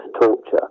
torture